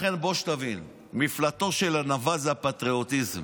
לכן, בוא תבין, מפלטו של הנבל זה הפטריוטיזם.